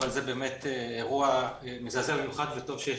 אבל זה באמת אירוע מזעזע במיוחד וטוב שיש